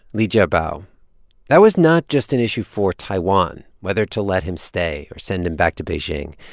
li jiabao that was not just an issue for taiwan, whether to let him stay or send him back to beijing.